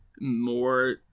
more